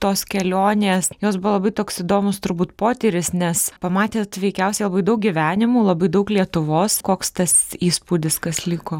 tos kelionės jos buvo labai toks įdomus turbūt potyris nes pamatėt veikiausiai labai daug gyvenimų labai daug lietuvos koks tas įspūdis kas liko